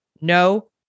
No